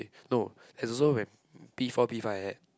eh no it's also when P four P five like that